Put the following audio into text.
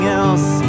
else